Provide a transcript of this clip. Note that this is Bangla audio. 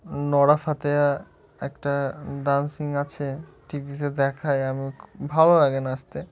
নোরা ফাতেহি একটা ডান্সিং আছে টি ভিতে দেখায় আমি ভালো লাগে নাচতে